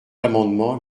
amendement